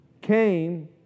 came